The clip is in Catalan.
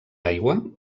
aigua